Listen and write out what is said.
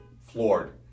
floored